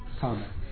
comment